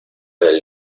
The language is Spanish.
del